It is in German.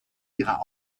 ihrer